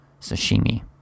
sashimi